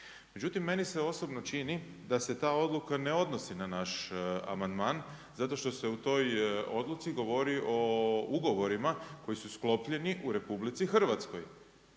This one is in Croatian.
Međutim meni se osobno čini da se ta odluka ne odnosi na naš amandman zato što se u toj odluci govori o ugovorima koji su sklopljeni u RH, o tome